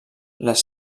les